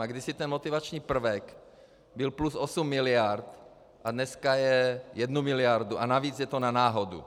A kdysi ten motivační prvek byl plus 8 miliard a dneska je jednu miliardu a navíc je to na náhodu.